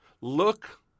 look